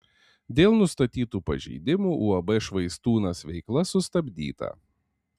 dėl nustatytų pažeidimų uab švaistūnas veikla sustabdyta